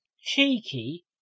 cheeky